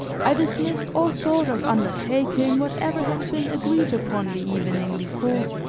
i dismissed all thought of undertaking whatever had been agreed upon the evening before